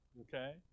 Okay